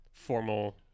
formal